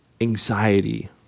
anxiety